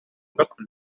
konvention